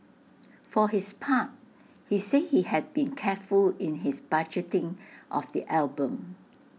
for his part he say he had been careful in his budgeting of the album